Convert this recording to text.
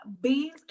beans